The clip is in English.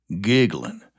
Giggling